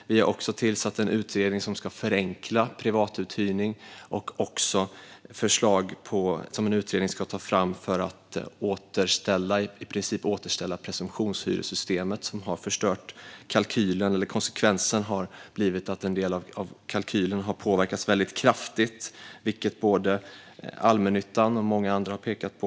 Vi har också tillsatt en utredning som ska förenkla privatuthyrning samt en utredning som ska ta fram förslag om att i princip återställa presumtionshyressystemet. Där har konsekvensen blivit att en del av kalkylen har påverkats kraftigt, vilket både allmännyttan och många andra har pekat på.